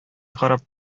карап